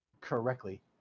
correctly